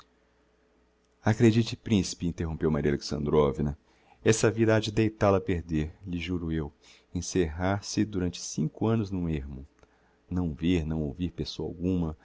acredite principe interrompeu maria alexandrovna essa vida ha de deitál o a perder lhe juro eu encerrar-se durante cinco annos n'um ermo não ver não ouvir pessoa alguma